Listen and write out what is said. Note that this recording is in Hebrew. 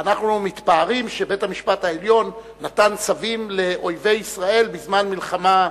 אנחנו מתפארים שבית-המשפט העליון נתן צווים לאויבי ישראל בזמן מלחמת